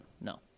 No